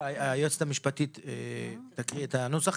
היועצת המשפטית תקריא את הנוסח.